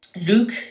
Luke